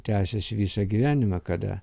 tęsiasi visą gyvenimą kada